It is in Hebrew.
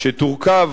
שתורכב